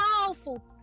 powerful